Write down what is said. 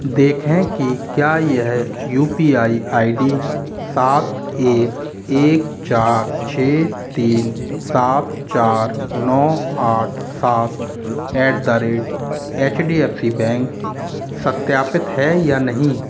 देखें कि क्या यह U P I I D सात एक एक चार छः तीन सात चार नौ आठ सात at the rate H D F C bank सत्यापित है या नहीं